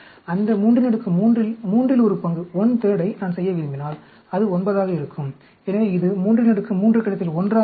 அந்த 33 இல் மூன்றில் ஒரு பங்கை நான் செய்ய விரும்பினால் அது 9 ஆக இருக்கும்